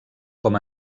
com